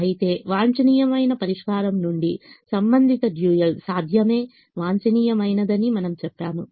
అయితే వాంఛనీయమైన పరిష్కారం నుండి సంబంధిత డ్యూయల్ సాధ్యమే వాంఛనీయమైనదని మనము చెప్పాము